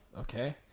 okay